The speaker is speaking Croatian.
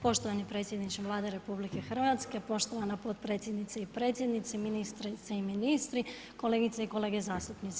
Poštovani predsjedniče Vlade RH, poštovana potpredsjednice i predsjednici, ministrice i ministri, kolegice i kolege zastupnici.